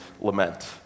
lament